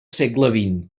segle